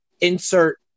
insert